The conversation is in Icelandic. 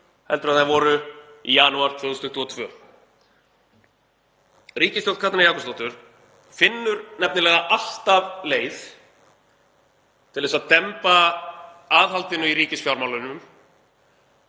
heldur en þær voru í janúar 2022. Ríkisstjórn Katrínar Jakobsdóttur finnur nefnilega alltaf leið til þess að demba aðhaldinu í ríkisfjármálunum